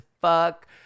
fuck